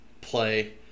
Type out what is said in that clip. play